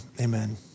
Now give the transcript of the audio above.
amen